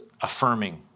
affirming